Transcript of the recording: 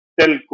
telco